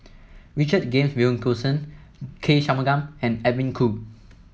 Richard James Wilkinson K Shanmugam and Edwin Koo